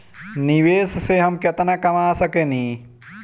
निवेश से हम केतना कमा सकेनी?